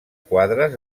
quadres